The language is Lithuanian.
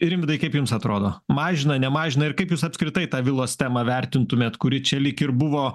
rimvydai kaip jums atrodo mažina nemažina ir kaip jūs apskritai tą vilos temą vertintumėt kuri čia lyg ir buvo